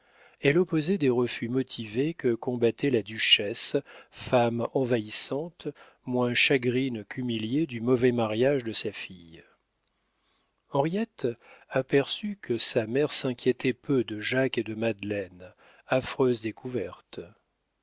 elle opposait des refus motivés que combattait la duchesse femme envahissante moins chagrine qu'humiliée du mauvais mariage de sa fille henriette aperçut que sa mère s'inquiétait peu de jacques et de madeleine affreuse découverte